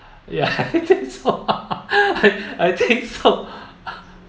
ya I think so I I think so